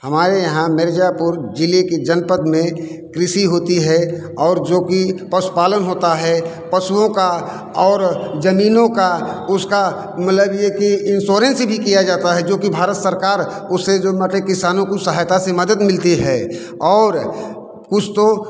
हमारे यहाँ मिर्ज़ापुर जिले की जनपद में कृषि होती है और जो कि पशुपालन होता है पशुओं का और जमीनों का उसका मतलब ये कि इंसौरेंस भी किया जाता है जो कि भारत सरकार उसे जो किसानों को सहायता से मदद मिलती है और कुछ तो